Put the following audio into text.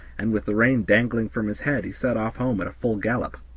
and with the rein dangling from his head he set off home at a full gallop.